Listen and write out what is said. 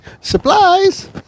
supplies